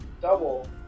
double